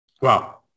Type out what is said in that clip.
Wow